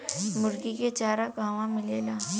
मुर्गी के चारा कहवा मिलेला?